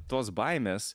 tos baimės